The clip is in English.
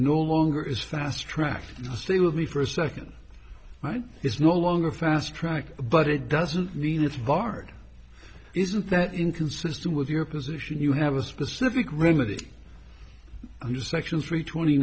no longer is fast tracked stay with me for a second it's no longer a fast track but it doesn't mean it's barred isn't that inconsistent with your position you have a specific remedy under section three twenty